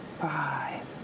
five